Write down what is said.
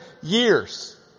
years